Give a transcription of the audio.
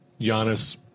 Giannis